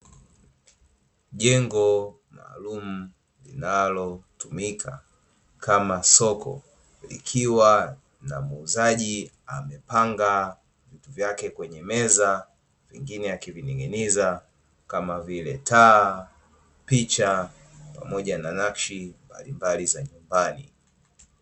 Jengo maalumu linalotumika kama soko likiwa na muuzaji amepanga vitu vyake kwenye meza vingine akiving'ing'iza kama vile taa, picha pamoja na naski mbalimbali za nyumbani.